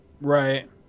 Right